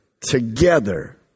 together